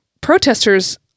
protesters